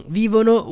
vivono